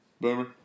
Boomer